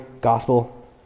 gospel